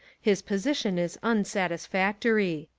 his position is unsatisfactory.